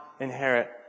inherit